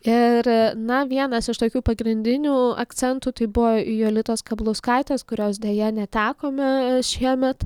ir na vienas iš tokių pagrindinių akcentų tai buvo jolitos skablauskaitės kurios deja netekome šiemet